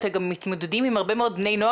אתם גם מתמודדים עם הרבה מאוד בני נוער